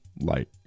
light